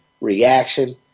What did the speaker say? reaction